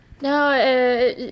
No